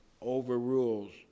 overrules